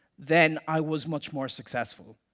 then i was much more successful.